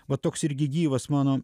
va toks irgi gyvas mano